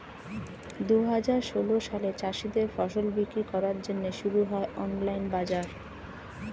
দুহাজার ষোল সালে চাষীদের ফসল বিক্রি করার জন্যে শুরু হয় অনলাইন বাজার